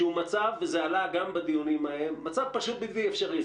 שהוא מצב וזה עלה גם בדיונים ההם מצב פשוט בלתי אפשרי.